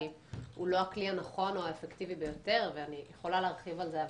הוא לא הכלי הנכון או האפקטיבי ביותר אני יכולה להרחיב על זה,